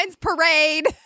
parade